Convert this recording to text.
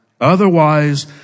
Otherwise